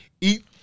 Eat